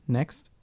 Next